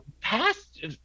past